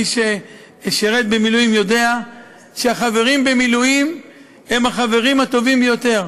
מי ששירת במילואים יודע שהחברים במילואים הם החברים הטובים ביותר,